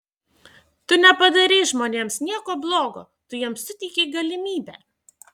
tu nepadarei žmonėms nieko blogo tu jiems suteikei galimybę